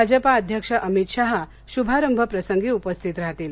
भाजपा अध्यक्ष अमित शहा शुभारंभ प्रसंगी उपस्थित राहतील